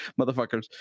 motherfuckers